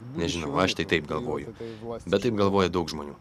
nežinau aš tai taip galvoju bet taip galvoja daug žmonių